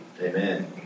Amen